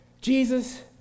Jesus